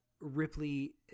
Ripley